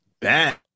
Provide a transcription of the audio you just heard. bad